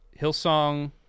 Hillsong